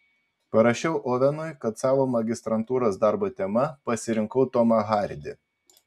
parašiau ovenui kad savo magistrantūros darbo tema pasirinkau tomą hardį